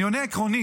אני עונה עקרונית.